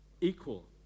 Equal